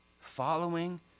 following